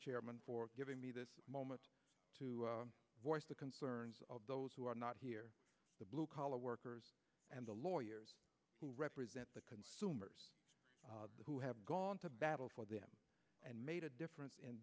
chairman for giving me this moment to voice the concerns of those who are not here the blue collar workers and the lawyers who represent the consumers who have gone to battle for them and made a difference in